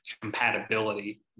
compatibility